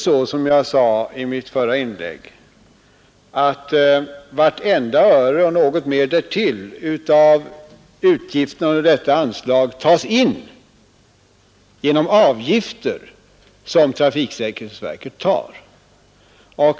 Som jag sade i mitt förra inlägg är det så att vartenda öre och något mera därtill av utgifterna under detta anslag tas in genom avgifter till trafiksäkerhetsverket.